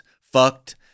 fucked